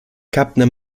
captain